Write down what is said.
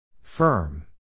Firm